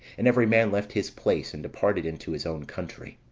and every man left his place, and departed into his own country